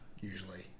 usually